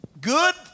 Good